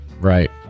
Right